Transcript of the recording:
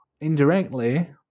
indirectly